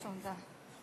תודה.